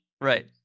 Right